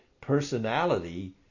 personality